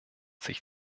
sich